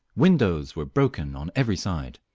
windows were broken on every side.